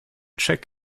check